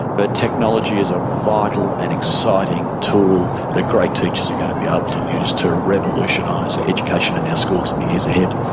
but technology is a vital and exciting tool that great teachers are going to be able to use to revolutionise education in our schools in the years ahead.